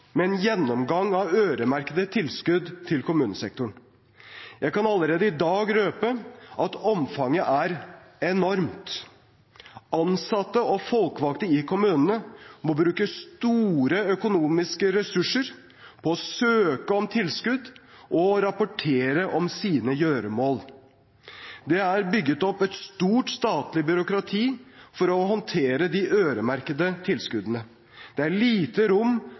med en gjennomgang av øremerkede tilskudd til kommunesektoren. Jeg kan allerede i dag røpe at omfanget er enormt. Ansatte og folkevalgte i kommunene må bruke store økonomiske ressurser på å søke om tilskudd og rapportere om sine gjøremål. Det er bygd opp et stort statlig byråkrati for å håndtere de øremerkede tilskuddene. Det er lite rom